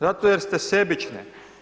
Zato jer ste sebični.